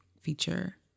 feature